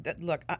look